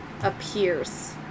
appears